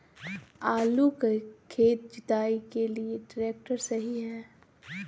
आलू का खेत जुताई के लिए ट्रैक्टर सही है?